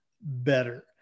better